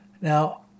Now